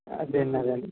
అదేనండి అదే